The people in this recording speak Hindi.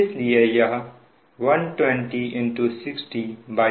इसलिए यह1206041802है